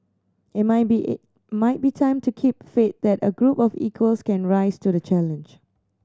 it might be might be time to keep faith that a group of equals can rise to the challenge